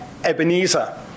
Ebenezer